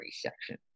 section